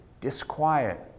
disquiet